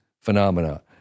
phenomena